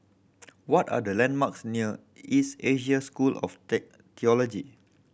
what are the landmarks near East Asia School of